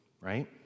Right